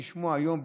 שומעים היום,